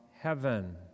heaven